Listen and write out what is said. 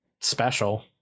special